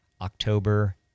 October